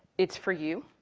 it's for you.